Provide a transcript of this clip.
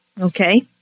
Okay